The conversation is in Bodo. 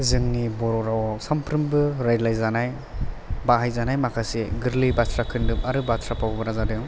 जोंनि बर' रावआव सानफ्रोमबो रायज्लायजानाय बाहायजानाय माखासे गोरलै बाथ्रा खोन्दोब आरो बाथ्रा भावफोरा जादों